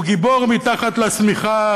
הוא גיבור מתחת לשמיכה,